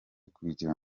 kugira